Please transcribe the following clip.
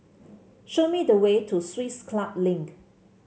show me the way to Swiss Club Link